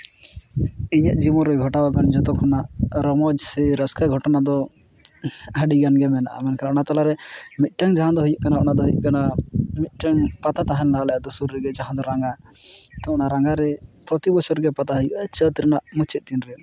ᱤᱧᱟᱹᱜ ᱡᱤᱵᱚᱱ ᱨᱮ ᱜᱷᱚᱴᱟᱣ ᱟᱠᱟᱱ ᱡᱷᱚᱛᱚ ᱠᱷᱚᱱᱟᱜ ᱨᱚᱢᱚᱡᱽ ᱥᱮ ᱨᱟᱹᱥᱠᱟᱹ ᱜᱷᱚᱴᱚᱱᱟ ᱫᱚ ᱟᱹᱰᱤᱜᱟᱱ ᱜᱮ ᱢᱮᱱᱟᱜᱼᱟ ᱢᱮᱱᱠᱷᱟᱱ ᱚᱱᱟ ᱛᱟᱞᱟ ᱨᱮ ᱢᱮᱫᱴᱮᱱ ᱡᱟᱦᱟᱸ ᱫᱚ ᱦᱩᱭᱩᱜ ᱠᱟᱱᱟ ᱚᱱᱟ ᱫᱚ ᱦᱩᱭᱩᱜ ᱠᱟᱱᱟ ᱢᱤᱫᱴᱮᱱ ᱯᱟᱛᱟ ᱛᱟᱦᱮᱞᱮᱱᱟ ᱟᱞᱮ ᱟᱛᱳ ᱥᱩᱨ ᱨᱮᱜᱮ ᱡᱟᱦᱟᱸ ᱫᱚ ᱨᱟᱝᱜᱟ ᱛᱚ ᱚᱱᱟ ᱨᱟᱝᱜᱟ ᱨᱮ ᱯᱨᱚᱛᱤ ᱵᱚᱪᱚᱨ ᱜᱮ ᱯᱟᱛᱟ ᱦᱩᱭᱩᱜᱼᱟ ᱪᱟᱹᱛ ᱨᱮᱱᱟᱜ ᱢᱩᱪᱟᱹᱫ ᱫᱤᱱ ᱨᱮ